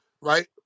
right